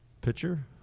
picture